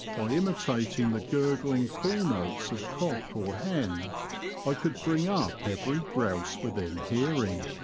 by imitating the gurgling call-notes of cock or hen i could bring up every grouse within hearing.